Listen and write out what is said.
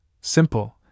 Simple